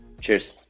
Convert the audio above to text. Cheers